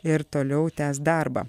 ir toliau tęs darbą